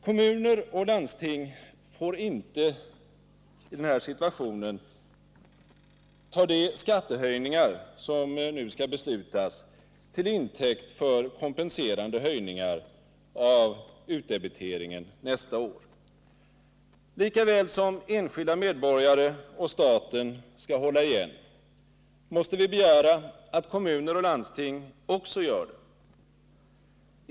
Kommuner och landsting får inte i denna situation ta de skattehöjningar som nu skall beslutas till intäkt för kompenserande höjningar av den kommunala utdebiteringen nästa år. Lika väl som enskilda medborgare och staten skall hålla igen måste vi begära att kommuner och landsting också gör det.